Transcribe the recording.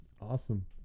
Awesome